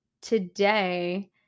today